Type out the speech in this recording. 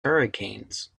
hurricanes